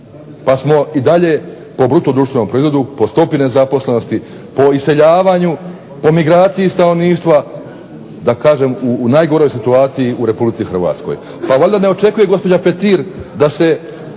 pa smo i dalje po bruto-društvenom proizvodu, po iseljavanju, po migraciji stanovništva u najgoroj situaciji u Republici Hrvatskoj. Pa valjda ne očekuje gospođa Petir da se